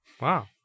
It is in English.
Wow